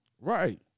Right